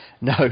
No